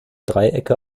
dreiecke